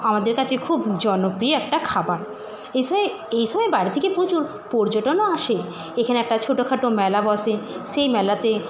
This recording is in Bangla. আমাদের কাছে খুব জনপ্রিয় একটা খাবার এই সময় এই সময় বাইরে থেকে প্রচুর পর্যটনও আসে এখানে একটা ছোটোখাটো মেলা বসে সেই মেলাতে